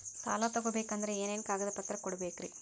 ಸಾಲ ತೊಗೋಬೇಕಂದ್ರ ಏನೇನ್ ಕಾಗದಪತ್ರ ಕೊಡಬೇಕ್ರಿ?